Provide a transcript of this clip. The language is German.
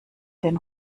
den